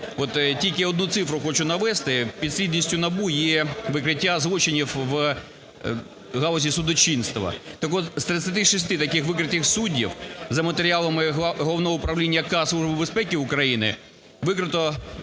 Тільки одну цифру хочу навести. Підслідністю НАБУ є викриття злочинів в галузі судочинства. Так от з 36 таких викритих суддів, за матеріалами Головного управління "К" Служби